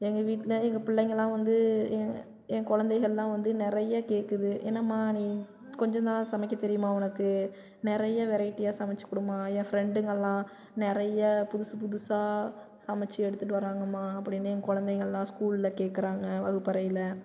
எங்கள் வீட்டில் எங்கள் பிள்ளைங்களெலாம் வந்து என் என் கொழந்தைகள்லாம் வந்து நிறைய கேட்குது என்னம்மா நீ கொஞ்சம்தான் சமைக்க தெரியுமா உனக்கு நிறைய வெரைட்டியாக சமைத்து கொடும்மா என் ஃப்ரெண்டுங்களெலாம் நிறையா புதுசு புதுசாக சமைத்து எடுத்துகிட்டு வர்றாங்கம்மா அப்படின்னு என் கொழந்தைகள்லாம் ஸ்கூலில் கேட்குறாங்க வகுப்பறையில்